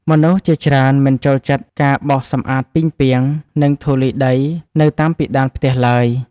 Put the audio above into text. មនុស្សជាច្រើនមិនចូលចិត្តការបោសសម្អាតពីងពាង និងធូលីដីនៅតាមពិដានផ្ទះឡើយ។